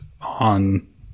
on